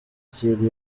thierry